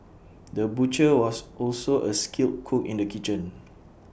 the butcher was also A skilled cook in the kitchen